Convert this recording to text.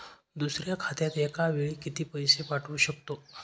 दुसऱ्या खात्यात एका वेळी किती पैसे पाठवू शकतो?